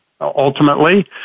ultimately